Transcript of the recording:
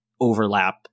overlap